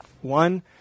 one